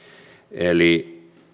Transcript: eli